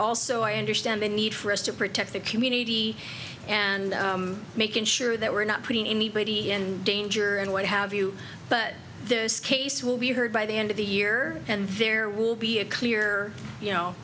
also i understand the need for us to protect the community and making sure that we're not putting anybody in danger and what have you but this case will be heard by the end of the year and there will be a clear you know